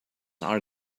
are